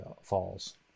Falls